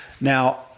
Now